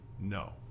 No